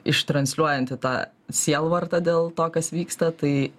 ištransliuojant į tą sielvartą dėl to kas vyksta tai